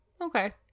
Okay